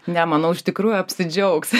ne manau iš tikrųjų apsidžiaugs